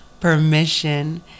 Permission